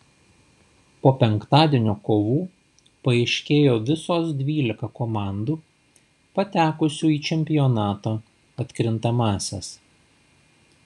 po penktadienio kovų paaiškėjo visos dvylika komandų patekusių į čempionato atkrintamąsias